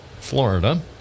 Florida